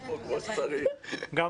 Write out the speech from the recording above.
קודם כל, אני חייב לומר שאני נרגש מהמעמד הזה.